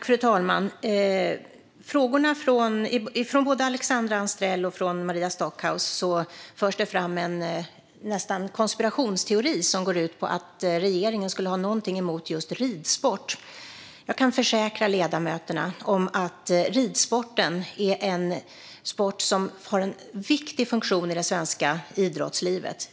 Fru talman! Både Alexandra Anstrell och Maria Stockhaus för fram frågor som nästan antyder en konspirationsteori som går ut på att regeringen har något emot ridsport. Jag kan försäkra ledamöterna att ridsporten har en viktig funktion i det svenska idrottslivet.